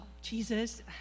Jesus